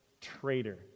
traitor